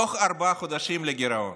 תוך ארבעה חודשים, לגירעון.